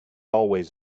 always